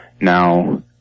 now